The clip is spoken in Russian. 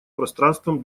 пространством